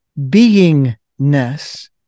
beingness